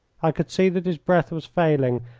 i could see that his breath was failing,